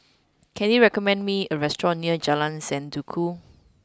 can you recommend me a restaurant near Jalan Sendudok